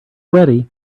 ready